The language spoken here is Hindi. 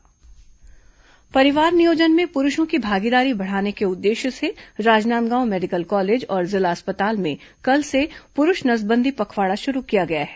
नसबंदी जागरूकता रथ परिवार नियोजन में पुरुषों की भागीदारी बढ़ाने के उद्देश्य से राजनांदगांव मेडिकल कॉलेज और जिला अस्पताल में कल से पुरूष नसंदी पखवाड़ा शुरू किया गया है